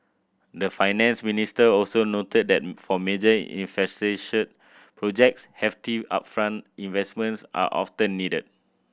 the Finance Minister also noted that for major projects hefty upfront investments are often needed